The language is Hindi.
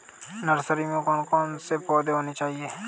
नर्सरी में कौन कौन से पौधे होने चाहिए?